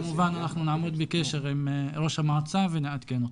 כמובן אנחנו נעמוד בקשר עם ראש המועצה ונעדכן אותו.